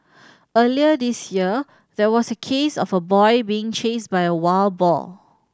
earlier this year there was a case of a boy being chased by a wild boar